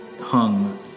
hung